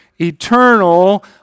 eternal